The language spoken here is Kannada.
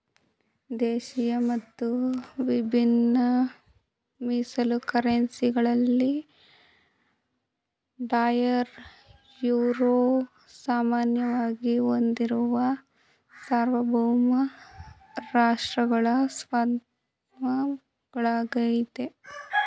ದೇಶಿಯ ಮತ್ತು ವಿಭಿನ್ನ ಮೀಸಲು ಕರೆನ್ಸಿ ಗಳಲ್ಲಿ ಡಾಲರ್, ಯುರೋ ಸಾಮಾನ್ಯವಾಗಿ ಹೊಂದಿರುವ ಸಾರ್ವಭೌಮ ರಾಷ್ಟ್ರಗಳ ಸ್ವತ್ತಾಗಳಾಗೈತೆ